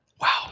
Wow